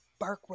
Barkwood